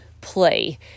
play